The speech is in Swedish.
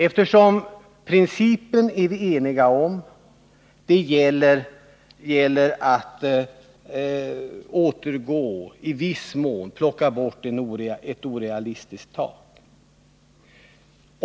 Vi är ju eniga om principen, nämligen att det gäller att justera en orealistisk gräns.